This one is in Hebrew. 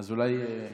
אז אולי כדאי להתחשב.